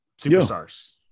superstars